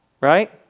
right